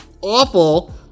awful